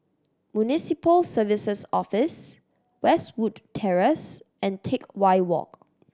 Municipal Services Office Westwood Terrace and Teck Whye Walk